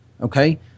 okay